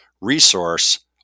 resource